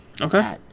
Okay